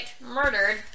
murdered